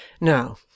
Now